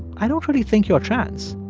i don't really think you're trans.